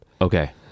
Okay